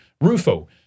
Rufo